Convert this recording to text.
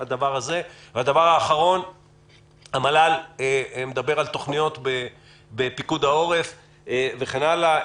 3. המל"ל מדבר על תוכניות בפיקוד העורף וכן הלאה.